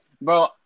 Bro